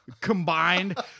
combined